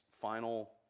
final